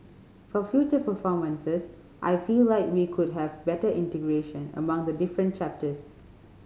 for future performances I feel like we could have better integration among the different chapters